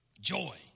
Joy